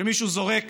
כשמישהו זורק